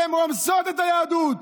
אתן רומסות את היהדות,